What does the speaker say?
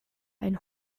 ein